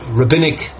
rabbinic